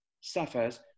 suffers